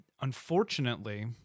unfortunately